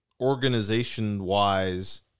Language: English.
organization-wise